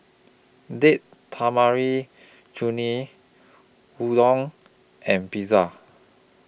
Date Tamarind Chutney Udon and Pizza